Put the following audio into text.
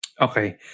Okay